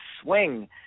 swing